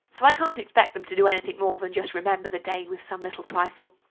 so i can't expect them to do anything more than just remember the day with some little trifle.